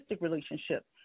relationship